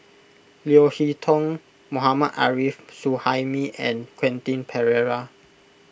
Leo Hee Tong Mohammad Arif Suhaimi and Quentin Pereira